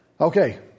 Okay